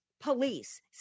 police